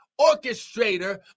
orchestrator